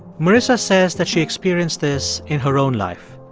marisa says that she experienced this in her own life.